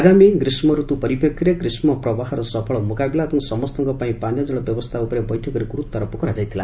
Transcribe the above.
ଆଗାମୀ ଗ୍ରୀଷ୍କ ଋତୁ ପରୀପ୍ରେଷୀରେ ଗ୍ରୀଷ୍କ ପ୍ରବାହର ସଫଳ ମୁକାବିଲା ଏବଂ ସମସ୍ତଙ୍କ ପାଇଁ ପାନୀୟ ଜଳ ବ୍ୟବସ୍ତ୍ରା ଉପରେ ବୈଠକରେ ଗୁରୁତ୍ୱାରୋପ କରାଯାଇଥିଲା